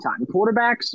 quarterbacks